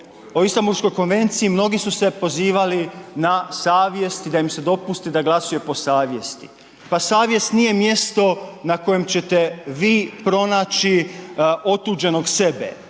o Istambulskoj konvenciji, mnogi su se pozivali na savjest i da im se dopusti da glasuju po savjesti, pa savjest nije mjesto na kojem ćete vi pronaći otuđenog sebe,